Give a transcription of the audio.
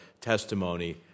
testimony